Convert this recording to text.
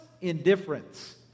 indifference